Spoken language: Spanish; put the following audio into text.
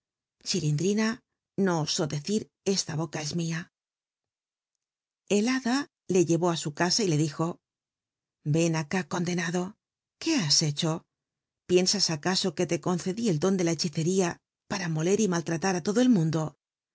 cltilindrina no osó tlccir esla boca mia el liada le llevó á su casa y le dijo yen acá condenado qué ha llt'cho pien as acaso que le concedí el don dc la hcthicttía para moler y mallralat t lodo el mundo